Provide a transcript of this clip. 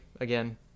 again